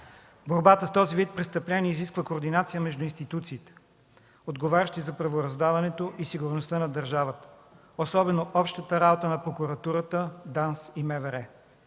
Борбата с този вид престъпления изисква координация между институциите, отговарящи за правораздаването и сигурността на държавата, особено общата работа на прокуратурата, ДАНС и МВР.